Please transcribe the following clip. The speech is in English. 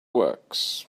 works